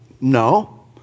No